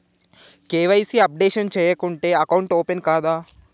KYC updation చేయకుంటే account open కాదా?